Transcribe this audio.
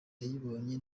yayibonye